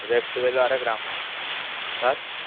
రేపు టువల్ వరకు రాము సార్